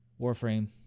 Warframe